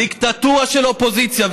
דיקטטורה של האופוזיציה.